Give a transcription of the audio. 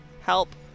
help